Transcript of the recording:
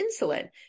insulin